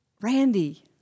Randy